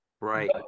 right